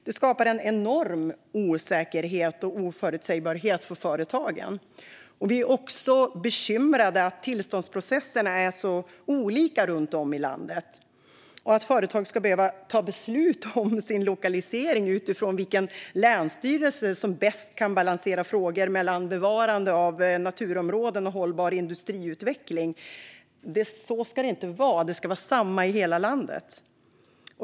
Det skapar en enorm osäkerhet och oförutsägbarhet för företagen. Vi är också bekymrade över att tillståndsprocesserna är så olika runt om i landet och att företag ska behöva ta beslut om sin lokalisering utifrån vilken länsstyrelse som bäst kan balansera frågor om bevarande av naturområden och hållbar industriutveckling. Så ska det inte vara; det ska vara samma i hela landet.